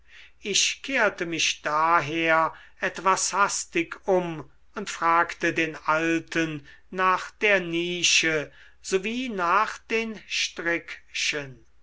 ich kehrte mich daher etwas hastig um und fragte den alten nach der nische so wie nach den